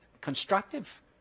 constructive